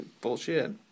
Bullshit